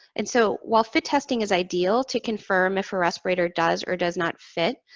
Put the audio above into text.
and so, while fit testing is ideal to confirm if a respirator does or does not fit,